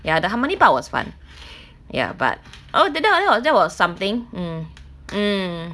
ya the harmony part I was fun ya but oh that was that was that was something mm mm